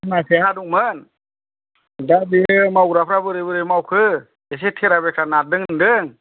सिमा थेना दंमोन दा बे मावग्राफोरा बोरै बोरै मावखो एसे तेरा बेका नारदों होनदों